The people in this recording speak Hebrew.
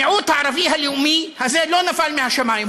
המיעוט הערבי הלאומי הזה לא נפל מהשמים,